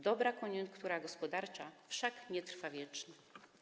Dobra koniunktura gospodarcza wszak nie trwa wiecznie.